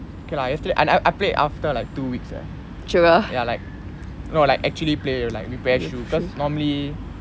okay lah yesterday I I play after like two weeks eh like no no like actually play like wear shoe because normally